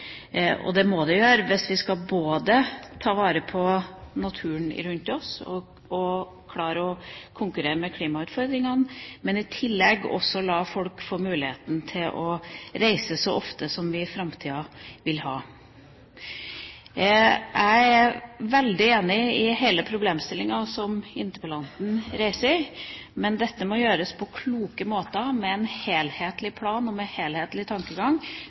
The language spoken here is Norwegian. og det må det gjøre hvis vi både skal ta vare på naturen rundt oss og klare å konkurrere med klimautfordringene og i tillegg også la folk få muligheten til å reise så ofte i framtida som de ønsker. Jeg er veldig enig i hele problemstillingen som interpellanten reiser, men dette må gjøres på en klok måte, med en helhetlig plan og en helhetlig tankegang.